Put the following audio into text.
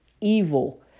evil